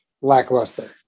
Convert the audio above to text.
lackluster